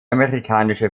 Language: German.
amerikanische